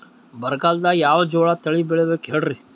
ಬರಗಾಲದಾಗ್ ಯಾವ ಜೋಳ ತಳಿ ಬೆಳಿಬೇಕ ಹೇಳ್ರಿ?